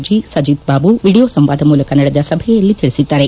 D Sajith Babu video ಸಂವಾದ ಮೂಲಕ ನಡೆದ ಸಭೆಯಲ್ಲಿ ತಿಳಿಸಿದ್ದಾರೆ